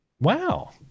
wow